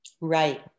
right